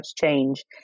change